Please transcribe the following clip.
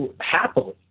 happily